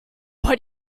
what